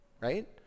right